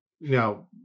Now